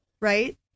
right